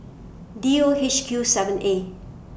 D O H Q seven A